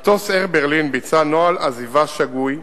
מטוס "אייר ברלין" ביצע נוהל עזיבה שגוי,